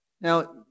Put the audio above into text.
Now